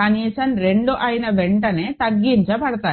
కనీసం 2 అయిన వెంటనే తగ్గించబడతాయి